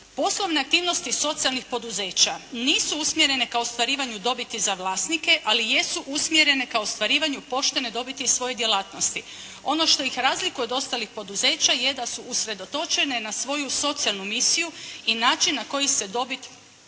Poslovne aktivnosti socijalnih poduzeća nisu usmjerene ka ostvarivanju dobiti za vlasnike, ali jesu usmjerene ka ostvarivanju poštene dobiti iz svoje djelatnosti. Ono što ih razlikuje od ostalih poduzeća je da su usredotočene na svoju socijalnu misiju i način na koju se dobit,